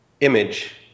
image